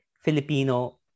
Filipino